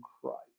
Christ